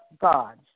God's